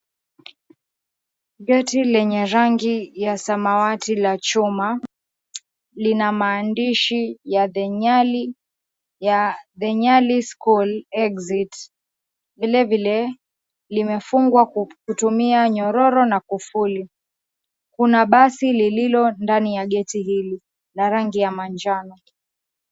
Geti lenye rangi ya samawati la chuma lina maandishi ya The Nyali School Exit. Vilevile limefungwa kutumia nyororo na kufuli. Kuna basi lililo ndani ya geti hili la rangi ya manjano.